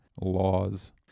laws